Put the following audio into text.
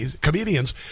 comedians